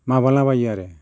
माबाला बायो आरो